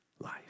life